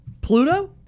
pluto